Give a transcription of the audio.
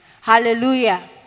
Hallelujah